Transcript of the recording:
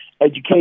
Education